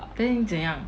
then 你怎样